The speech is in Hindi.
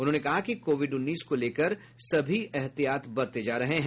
उन्होंने कहा कि कोविड उन्नीस को लेकर सभी एहतियात बरते जा रहे हैं